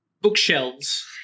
bookshelves